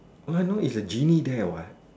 right now is genie there what